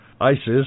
ISIS